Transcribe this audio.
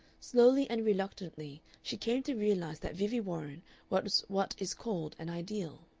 slowly and reluctantly she came to realize that vivie warren was what is called an ideal.